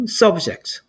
subjects